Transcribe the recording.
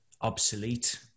obsolete